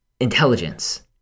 intelligence